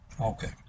Okay